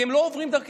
כי הם לא עוברים דרכך,